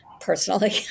personally